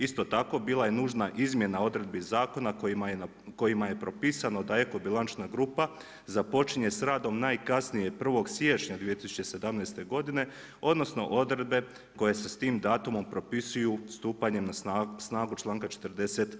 Isto tako, bila je nužna izmjena odredbi zakona kojima je propisano da eko bilančna grupa započinje sa radom najkasnije 1. siječnja 2017. godine, odnosno odredbe koje se s tim datumom propisuju stupanjem na snagu članka 40.